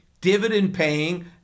dividend-paying